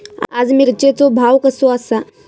आज मिरचेचो भाव कसो आसा?